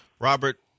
Robert